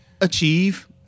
achieve